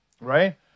right